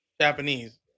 Japanese